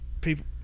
people